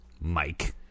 Mike